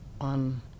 on